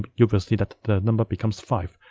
you will see that the number becomes five.